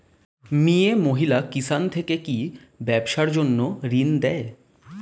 মিয়ে মহিলা কিষান থেকে কি ব্যবসার জন্য ঋন দেয়?